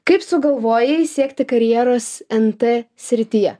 kaip sugalvojai siekti karjeros nt srityje